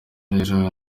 rero